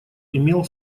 имел